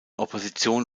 opposition